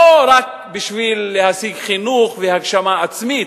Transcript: לא רק בשביל להשיג חינוך והגשמה עצמית.